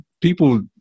people